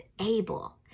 able